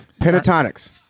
Pentatonics